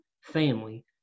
family